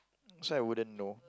so I wouldn't know